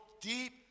deep